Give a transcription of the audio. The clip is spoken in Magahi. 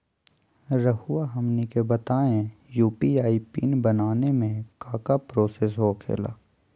रहुआ हमनी के बताएं यू.पी.आई पिन बनाने में काका प्रोसेस हो खेला?